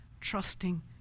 trusting